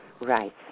Right